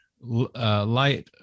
light